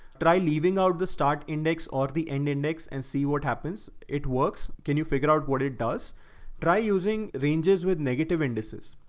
try leaving out the start index or the end index and see what happens. it works, can you figure out what it does try using ranges with negative indices.